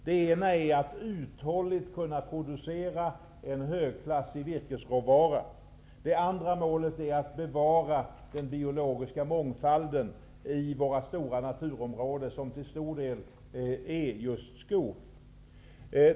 Det ena är att uthålligt kunna producera en högklassig virkesråvara. Det andra är att bevara den biologiska mångfalden i våra stora naturområden, som till stor del är skog.